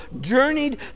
journeyed